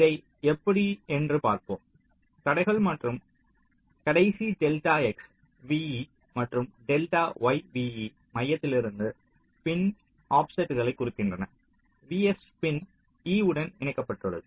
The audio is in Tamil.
இதை எப்படி என்று பார்ப்போம் தடைகள் மற்றும் கடைசி டெல்டா x ve மற்றும் டெல்டா y ve மையத்திலிருந்து பின் ஆஃப்செட்களைக் குறிக்கின்றன vs பின் e உடன் இணைக்கப்பட்டுள்ளது